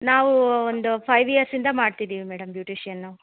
ನಾವು ಒಂದು ಫೈವ್ ಇಯರ್ಸಿಂದ ಮಾಡ್ತಿದೀವಿ ಮೇಡಮ್ ಬ್ಯುಟಿಷಿಯನ್ನು